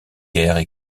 guerres